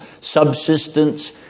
subsistence